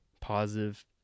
positive